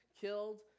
killed